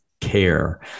care